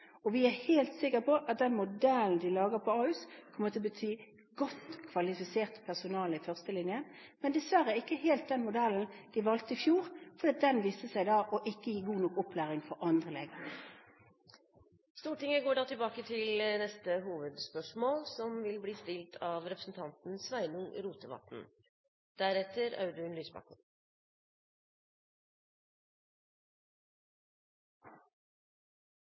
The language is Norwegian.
og vi er helt sikre på at den modellen de lager på Ahus, kommer til å bety godt kvalifisert personale i førstelinjen, men dessverre ikke helt den modellen de valgte i fjor, for den viste seg ikke å gi god nok opplæring for andre leger. Vi går til neste hovedspørsmål. Eg skal også stille eit spørsmål om gjennomføringskraft, som